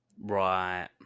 Right